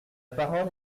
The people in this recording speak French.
parole